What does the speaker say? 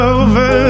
over